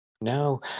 No